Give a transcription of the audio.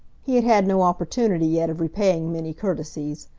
he had had no opportunity yet of repaying many courtesies.